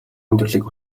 амьдралыг